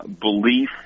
belief